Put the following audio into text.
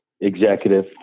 executive